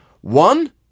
One